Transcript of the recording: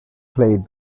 played